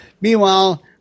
Meanwhile